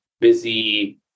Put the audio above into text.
busy